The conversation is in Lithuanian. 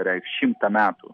reikš šimtą metų